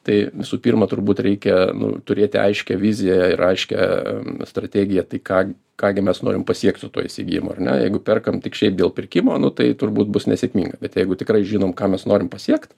tai visų pirma turbūt reikia nu turėti aiškią viziją ir aiškią strategiją tai ką ką gi mes norim pasiekt su tuo įsigijimu ar ne jeigu perkam tik šiaip dėl pirkimo nu tai turbūt bus nesėkminga bet jeigu tikrai žinom ką mes norim pasiekt